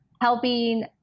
helping